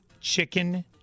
chicken